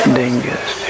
dangerous